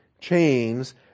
chains